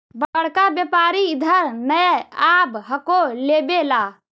बड़का व्यापारि इधर नय आब हको लेबे ला?